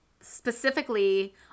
specifically